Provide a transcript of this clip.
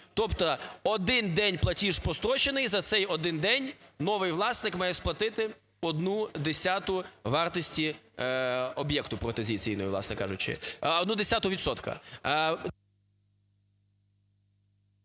Тобто один день платіж прострочений - за цей один день новий власник має сплатити одну десяту вартості об'єкту приватизаційного, власне кажучи, одну десяту відсотка.